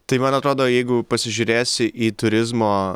tai man atrodo jeigu pasižiūrėsi į turizmo